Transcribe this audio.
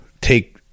take